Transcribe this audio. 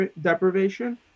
deprivation